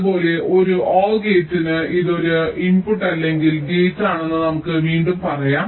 അതുപോലെ ഒരു OR ഗേറ്റിന് ഇത് ഒരു ഇൻപുട്ട് അല്ലെങ്കിൽ ഗേറ്റ് ആണെന്ന് നമുക്ക് വീണ്ടും പറയാം